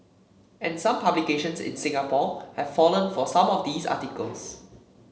and some publications in Singapore have fallen for some of these articles